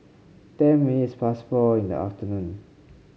ten minutes past four in the afternoon